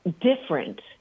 different